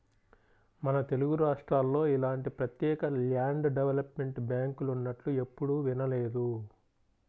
మన తెలుగురాష్ట్రాల్లో ఇలాంటి ప్రత్యేక ల్యాండ్ డెవలప్మెంట్ బ్యాంకులున్నట్లు ఎప్పుడూ వినలేదు